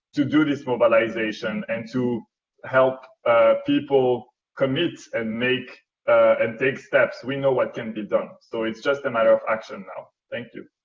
to do this mobilisation and to help people commit and and take steps. we know what can be done, so it is just a matter of action now. thank you.